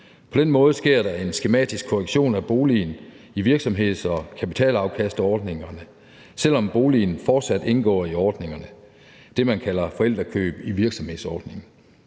På den måde sker der en skematisk korrektion af boligen i virksomheds- og kapitalafkastordningerne, selv om boligen fortsat indgår i ordningerne – det, man kalder forældrekøb i virksomhedsordningen.